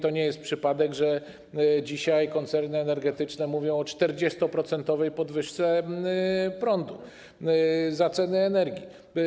To nie jest przypadek, że dzisiaj koncerny energetyczne mówią o 40-procentowej podwyżce prądu, ceny energii.